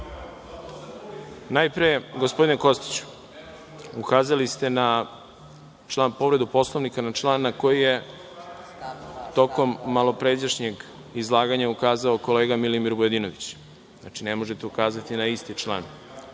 Najpre, gospodine Kostiću, ukazali ste na član, na povredu Poslovnika, na član koji je tokom malopređašnjeg izlaganja ukazao kolega Milimir Vujadinović. Znači, ne možete ukazati na isti član.